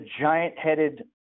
giant-headed